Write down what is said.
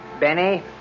Benny